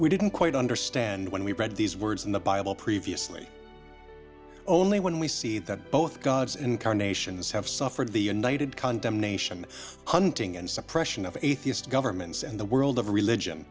we didn't quite understand when we read these words in the bible previously only when we see that both god's incarnations have suffered the united condemnation hunting and suppression of atheist governments and the world of religion